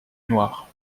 noir